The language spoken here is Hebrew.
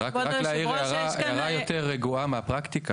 רק להעיר הערה, הערה יותר גרועה מהפרקטיקה.